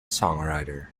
songwriter